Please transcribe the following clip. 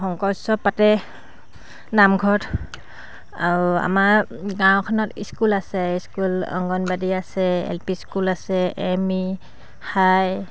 শংকৰ উৎসৱ পাতে নামঘৰত আৰু আমাৰ গাঁওখনত স্কুল আছে স্কুল অংগনৱাদী আছে এল পি স্কুল আছে এম ই হাই